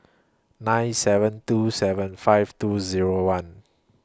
nine seven two seven five two Zero one